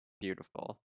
beautiful